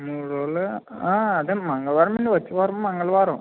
మూడు రోజుల్లో ఆ అదే మంగళవారం అండి వచ్చే వారం మంగళవారం